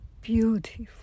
beautiful